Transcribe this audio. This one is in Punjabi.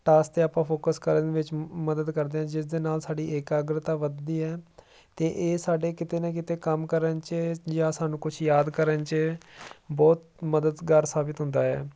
ਟਾਸ 'ਤੇ ਆਪਾਂ ਫੋਕਸ ਕਰਨ ਵਿੱਚ ਮ ਮਦਦ ਕਰਦੇ ਜਿਸ ਦੇ ਨਾਲ ਸਾਡੀ ਇਕਾਗਰਤਾ ਵੱਧਦੀ ਹੈ ਅਤੇ ਇਹ ਸਾਡੇ ਕਿਤੇ ਨਾ ਕਿਤੇ ਕੰਮ ਕਰਨ 'ਚ ਜਾਂ ਸਾਨੂੰ ਕੁਛ ਯਾਦ ਕਰਨ 'ਚ ਬਹੁਤ ਮਦਦਗਾਰ ਸਾਬਿਤ ਹੁੰਦਾ ਹੈ